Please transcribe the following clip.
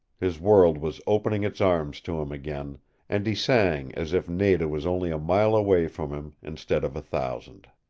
his world was opening its arms to him again and he sang as if nada was only a mile away from him instead of a thousand.